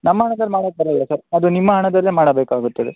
ನಮ್ಮ ಹಣದಲ್ಲಿ ಮಾಡಕ್ಕೆ ಬರಲ್ಲ ಸರ್ ಅದು ನಿಮ್ಮ ಹಣದಲ್ಲೇ ಮಾಡಬೇಕಾಗುತ್ತದೆ